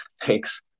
thanks